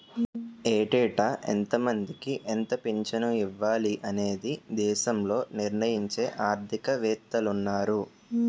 ఏటేటా ఎంతమందికి ఎంత పింఛను ఇవ్వాలి అనేది దేశంలో నిర్ణయించే ఆర్థిక వేత్తలున్నారు